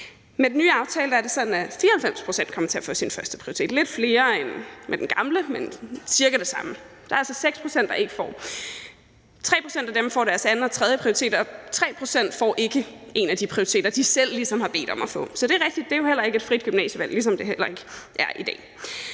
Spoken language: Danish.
Med den nye aftale er det sådan, at 94 pct. kommer til at få deres førsteprioritet. Det er lidt flere end med den gamle aftale, men det er cirka det samme. Der er altså 6 pct., der ikke får. 3 pct. af dem får deres anden- eller tredjeprioritet, og 3 pct. får ikke en af de prioriteter, de selv har bedt om at få. Så det er rigtigt, at det jo ikke er et frit gymnasievalg, ligesom det heller ikke er i dag.